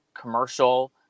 commercial